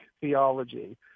theology